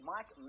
Mike